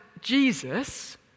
Jesus